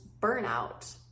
burnout